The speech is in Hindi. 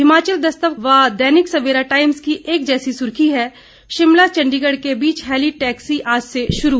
हिमाचल दस्तक व दैनिक सवेरा टाइम्स की एक जैसी सुर्खी है शिमला चंडीगढ़ के बीच हेली टैक्सी आज से शुरू